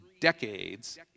decades